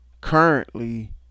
currently